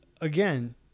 again